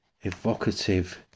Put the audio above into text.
evocative